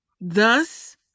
Thus